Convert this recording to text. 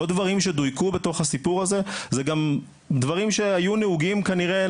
עוד דברים שדויקו בתוך הסיפור הזה זה גם דברים שהיו נהוגים כנראה,